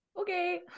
Okay